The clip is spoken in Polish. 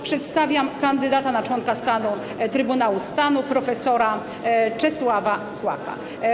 Przedstawiam kandydata na członka Trybunału Stanu prof. Czesława Kłaka.